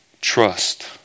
trust